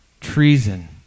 treason